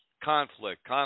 conflict